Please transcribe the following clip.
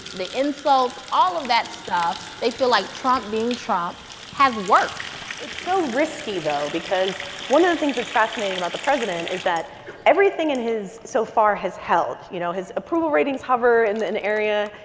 the insults all of that stuff. they feel like trump being trump has worked it's so risky, though, because one of the things that's fascinating about the president is that everything in his so far has held. you know, his approval ratings hover in an area.